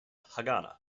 haganah